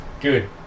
Good